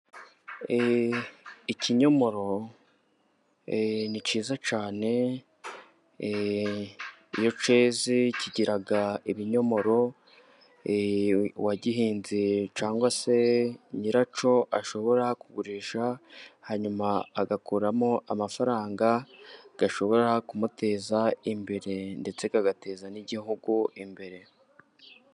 Ikinyomoro ni cyiza cyane, iyo cyeze kigira ibinyomoro uwagihinze cyangwa se nyiracyo, ashobora kugurisha hanyuma agakuramo amafaranga, ashobora kumuteza imbere ndetse agateza n'igihugu imbere.